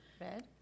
red